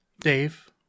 Dave